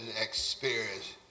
experience